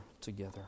together